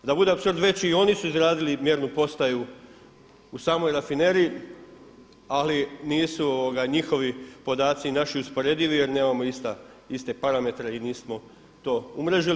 Da bude apsurd veći i oni su izradili mjernu postaju u samoj Rafineriji, ali nisu njihovi podaci usporedivi, jer nemamo iste parametre i nismo to umrežili.